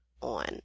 on